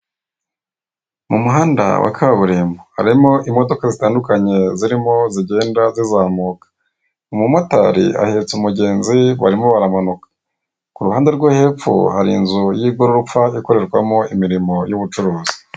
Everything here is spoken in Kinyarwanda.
Mu muhanda wa kaburimbo, harimo imodoka zitandukanye zirimo zigenda zizamuka, umu motari ahetse umugenzi barimo baramanuka, ku ruhande rwo hepfo, hari inzu y'igorofa ikorerwa mo imirimo y'ubucuruzi.